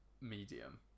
medium